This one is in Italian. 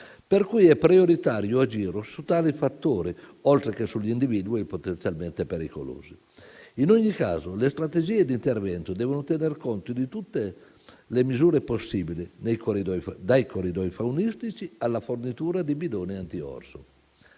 per cui è prioritario agire su tali fattori, oltre che sugli individui potenzialmente pericolosi. In ogni caso, le strategie di intervento devono tener conto di tutte le misure possibili, dai corridoi faunistici alla fornitura di bidoni anti-orso.